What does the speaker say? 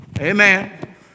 Amen